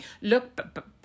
look